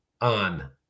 on